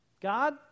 God